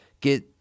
get